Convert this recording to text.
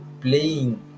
playing